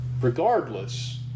Regardless